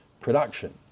production